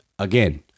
Again